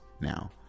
now